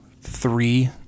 three